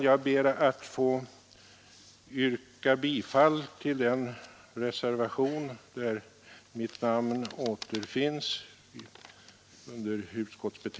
Jag ber att få yrka bifall till reservationen 1.